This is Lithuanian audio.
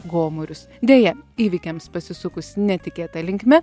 gomurius deja įvykiams pasisukus netikėta linkme